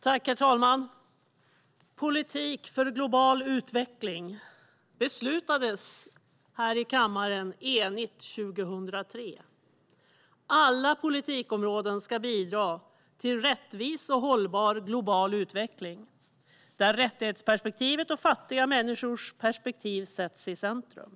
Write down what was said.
Herr talman! En enig kammare beslutade 2003 om politik för global utveckling. Alla politikområden ska bidra till en rättvis och hållbar global utveckling där rättighetsperspektivet och fattiga människors perspektiv sätts i centrum.